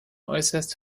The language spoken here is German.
äußerst